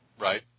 Right